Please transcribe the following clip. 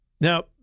Now